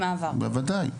במעבר, בוודאי.